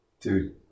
dude